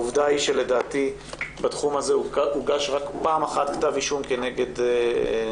העובדה היא שלדעתי בתחום הזה הוגש רק פעם אחת כתב אישום כנגד החשוד.